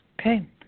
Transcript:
Okay